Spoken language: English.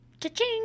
Cha-ching